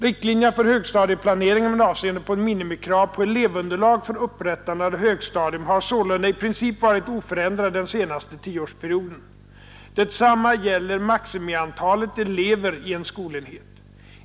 Riktlinjerna för högstadieplaneringen med avseende på minimikrav på elevunderlag för upprättande av högstadium har sålunda i princip varit oförändrade den senaste tioårsperioden. Detsamma gäller maximiantalet elever i en skolenhet.